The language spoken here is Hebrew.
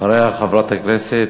אחריה, חברת הכנסת